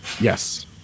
yes